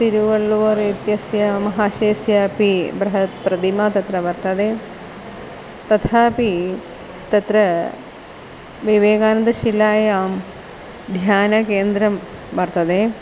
तिरुवळ्ळूर् इत्यस्य महाशयस्यापि बृहत् प्रतिमा तत्र वर्तते तथापि तत्र विवेकानन्दशिलायां ध्यानकेन्द्रं वर्तते